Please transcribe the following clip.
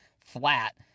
flat